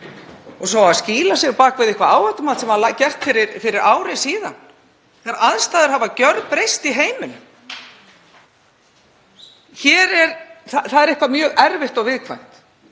Svo á að skýla sér á bak við eitthvert áhættumat sem gert var hér fyrir ári síðan þegar aðstæður hafa gjörbreyst í heiminum. Það er eitthvað mjög erfitt og viðkvæmt